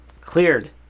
Cleared